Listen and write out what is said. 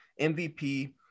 MVP